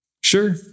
Sure